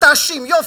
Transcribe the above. תאשים, יופי.